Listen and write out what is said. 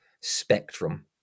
spectrum